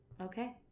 Okay